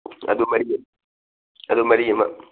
ꯑꯗꯨ ꯃꯔꯤ ꯑꯗꯨ ꯃꯔꯤ ꯑꯃ